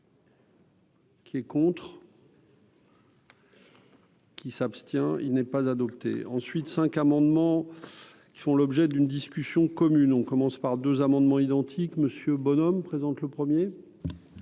Qui est contre. Qui s'abstient, il n'est pas adopté. Ensuite 5 amendements qui font l'objet d'une discussion commune, on commence par 2 amendements identiques Monsieur Bonhomme présente le 1er.